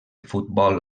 futbol